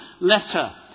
letter